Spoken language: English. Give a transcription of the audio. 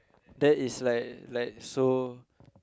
that is like like so